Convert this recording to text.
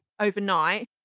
overnight